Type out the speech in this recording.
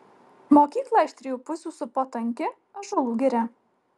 mokyklą iš trijų pusių supo tanki ąžuolų giria